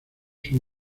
son